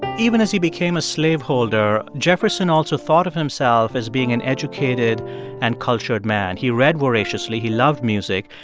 even as he became a slaveholder, jefferson also thought of himself as being an educated and cultured man. he read voraciously. he loved music.